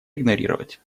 игнорировать